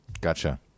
Gotcha